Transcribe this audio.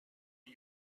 the